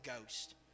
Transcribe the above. Ghost